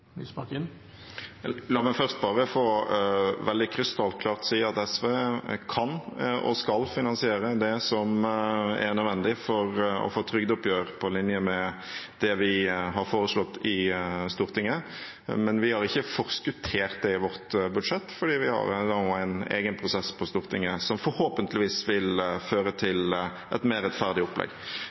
La meg først bare få si veldig krystallklart at SV kan og skal finansiere det som er nødvendig for å få trygdeoppgjøret på linje med det vi har foreslått i Stortinget, men vi har ikke forskuttert det i vårt budsjett fordi vi har en egen prosess på Stortinget som forhåpentligvis vil føre til et mer rettferdig opplegg.